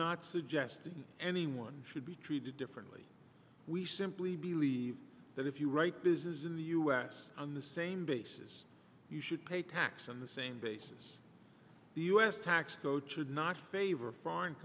not suggesting anyone should be treated differently we simply believe that if you write business in the us on the same basis you should pay tax on the same basis the us tax code should not favor f